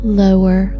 lower